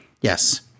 yes